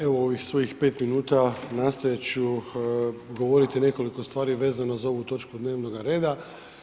Evo u ovih svojih pet minuta nastojat ću govoriti nekoliko stvari vezano za ovu točku dnevnoga rada.